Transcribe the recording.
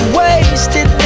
wasted